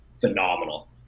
phenomenal